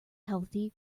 healthy